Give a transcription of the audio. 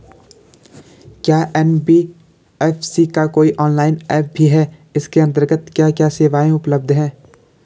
क्या एन.बी.एफ.सी का कोई ऑनलाइन ऐप भी है इसके अन्तर्गत क्या क्या सेवाएँ उपलब्ध हैं?